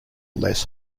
less